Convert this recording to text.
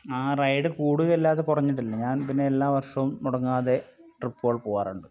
ആ റൈഡ് കൂടുകയല്ലാതെ കുറഞ്ഞിട്ടില്ല ഞാൻ പിന്നെ എല്ലാ വർഷവും മുടങ്ങാതെ ട്രിപ്പുകൾ പോവാറുണ്ട്